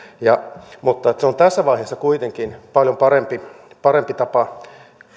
mutta se on tässä vaiheessa kuitenkin paljon parempi parempi tapa